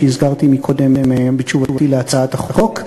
שהזכרתי קודם בתשובתי על הצעת החוק.